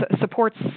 supports